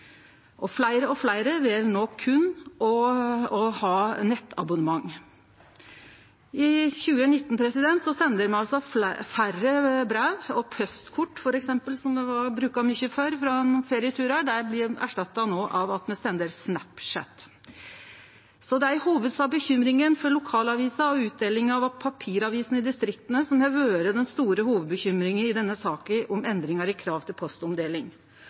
nyheiter. Fleire og fleire vel no å ha berre nettabonnement. I 2019 sender me færre brev, og postkort f.eks., som me før brukte mykje på ferieturar, blir no erstatta av at me sender på Snapchat. Det er i hovudsak situasjonen for lokalavisa og utdelinga av papiravisene i distrikta som har vore den store hovudbekymringa i saka om endringar i krav til postomdeling.